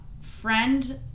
friend